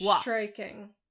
striking